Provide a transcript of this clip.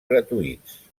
gratuïts